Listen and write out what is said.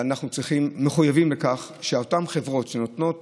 ואנחנו מחויבים לכך שאותן חברות שבנויות